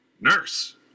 Nurse